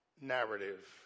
narrative